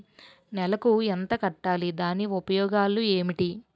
నెలకు ఎంత కట్టాలి? దాని ఉపయోగాలు ఏమిటి?